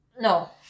No